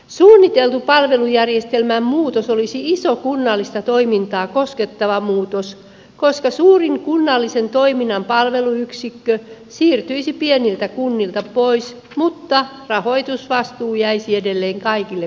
suunniteltu palvelujärjestelmän muutos olisi iso kunnallista toimintaa koskettava muutos koska suurin kunnallisen toiminnan palveluyksikkö siirtyisi pieniltä kunnilta pois mutta rahoitusvastuu jäisi edelleen kaikille kunnille